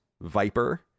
viper